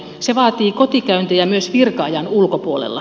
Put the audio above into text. se vaatii kotikäyntejä myös virka ajan ulkopuolella